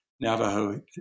Navajo